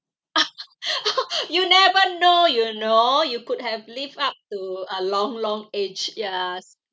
you never know you know you could have lived up to a long long age yes